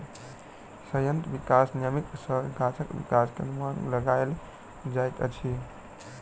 संयंत्र विकास नियामक सॅ गाछक विकास के अनुमान लगायल जाइत अछि